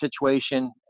situation